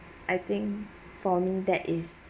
I think for me that is